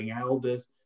elders